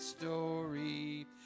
story